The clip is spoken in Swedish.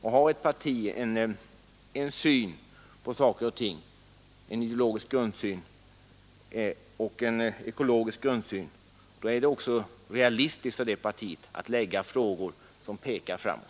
Har ett parti, som i det här fallet, en ideologisk och ekologisk grundsyn, då är det också realistiskt för det partiet att komma med förslag som pekar framåt.